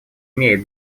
имеет